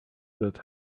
that